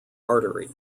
artery